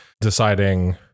deciding